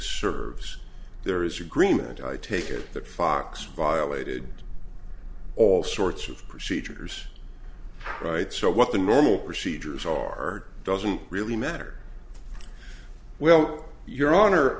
serves there is agreement i take it that fox violated all sorts of procedures right so what the normal procedures are doesn't really matter well your honor